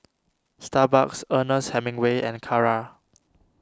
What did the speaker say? Starbucks Ernest Hemingway and Kara